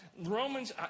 Romans